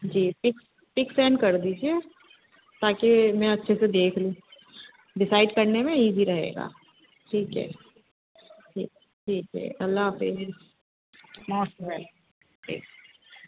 جی pics pics send کر دیجیے تاکہ میں اچھے سے دیکھ لوں ڈسائڈ کرنے میں ایزی رہے گا ٹھیک ہے ٹھیک ٹھیک ہے اللہ حافظ موسٹ ویلکم ٹھیک